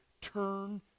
turn